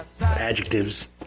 adjectives